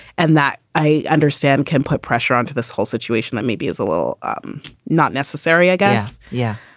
and that, i understand, can put pressure onto this whole situation that maybe is a little um not necessary, i guess. yeah.